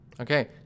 Okay